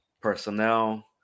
personnel